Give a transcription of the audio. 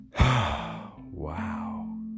wow